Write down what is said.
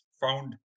found